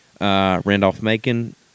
Randolph-Macon